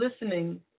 listening